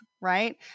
Right